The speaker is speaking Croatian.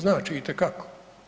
Znači itekako.